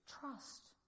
Trust